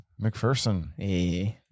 McPherson